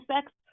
sex